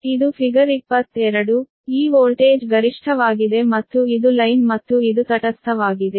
ಇದು ಫಿಗರ್ 22 ಈ ವೋಲ್ಟೇಜ್ ಗರಿಷ್ಠವಾಗಿದೆ ಮತ್ತು ಇದು ಲೈನ್ ಮತ್ತು ಇದು ತಟಸ್ಥವಾಗಿದೆ